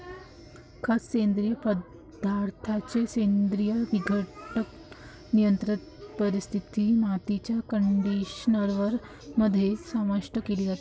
खत, सेंद्रिय पदार्थांचे सेंद्रिय विघटन, नियंत्रित परिस्थितीत, मातीच्या कंडिशनर मध्ये समाविष्ट केले जाते